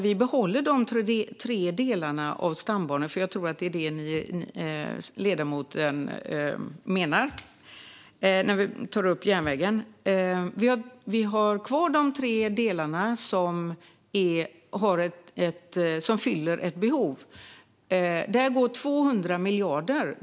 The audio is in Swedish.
Vi behåller de tre delar av stambanorna - jag tror att det är detta som ledamoten menar - som fyller ett behov. Dit går 200 miljarder.